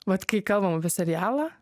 vat kai kalbam apie serialą